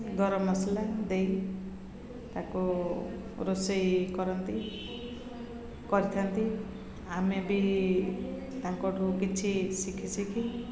ଗରମ ମସଲା ଦେଇ ତା'କୁ ରୋଷେଇ କରନ୍ତି କରିଥାନ୍ତି ଆମେ ବି ତାଙ୍କଠୁ କିଛି ଶିଖି ଶିଖି